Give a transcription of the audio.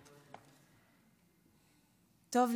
טוב,